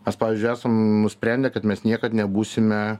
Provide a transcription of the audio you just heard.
mes pavyzdžiui esam nusprendę kad mes niekad nebūsime